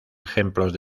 ejemplos